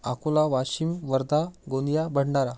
Akola Washim Wardha Gondia Bhandara